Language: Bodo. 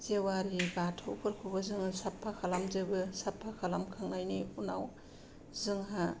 जेवारि बाथौफोरखौबो जोङो साफा खालामजोबो साफा खालामखांनायनि उनाव जोंहा